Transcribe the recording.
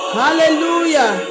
hallelujah